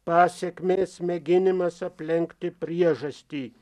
pasekmės mėginimas aplenkti priežastį